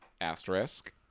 asterisk